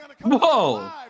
Whoa